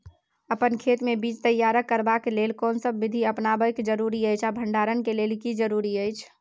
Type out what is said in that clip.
अपन खेत मे बीज तैयार करबाक के लेल कोनसब बीधी अपनाबैक जरूरी अछि आ भंडारण के लेल की जरूरी अछि?